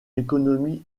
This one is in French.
économie